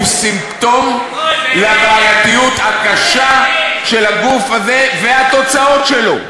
הוא סימפטום לבעייתיות הקשה של הגוף הזה והתוצאות שלו.